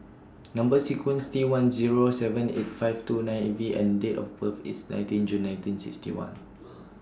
Number sequence IS T one Zero seven eight five two nine V and Date of birth IS nineteen June nineteen sixty one